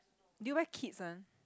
do you wear kids one